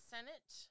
Senate